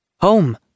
home